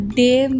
day